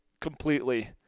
completely